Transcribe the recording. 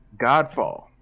godfall